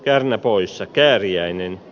kärnä poissa kääriäinen